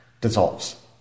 dissolves